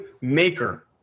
maker